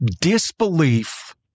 disbelief